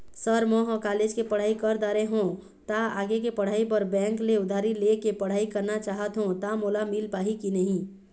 Sir म ह college के पढ़ाई कर दारें हों ता आगे के पढ़ाई बर बैंक ले उधारी ले के पढ़ाई करना चाहत हों ता मोला मील पाही की नहीं?